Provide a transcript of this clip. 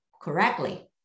correctly